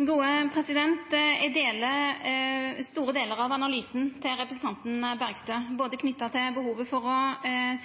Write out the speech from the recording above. Eg deler store delar av analysen til representanten Bergstø, både knytt til behovet for å